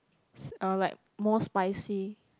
~s are like more spicy